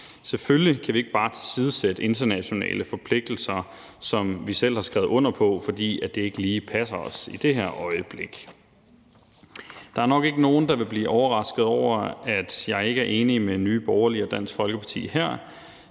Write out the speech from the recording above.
selvfølgelig kan vi ikke bare tilsidesætte internationale forpligtelser, som vi selv har skrevet under på, fordi de ikke lige passer os i det her øjeblik. Der er nok ikke nogen, der vil blive overrasket over, at jeg ikke er enig med Nye Borgerlige og Dansk Folkeparti her.